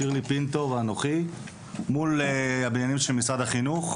שירלי פינטו ואנוכי מול הבניינים של משרד החינוך,